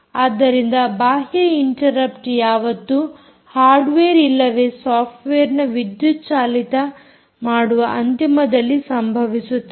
ಆದ್ದರಿಂದ ಬಾಹ್ಯ ಇಂಟರಪ್ಟ್ ಯಾವತ್ತೂ ಹಾರ್ಡ್ವೇರ್ ಇಲ್ಲವೇ ಸಾಫ್ಟ್ವೇರ್ನ ವಿದ್ಯುತ್ ಚಾಲಿತ ಮಾಡುವ ಅಂತಿಮದಲ್ಲಿ ಸಂಭವಿಸುತ್ತದೆ